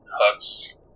hooks